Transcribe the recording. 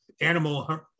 animal